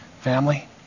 family